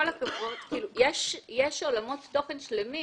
יש עולמות תוכן שלמים